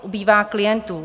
Ubývá klientů.